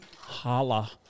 holla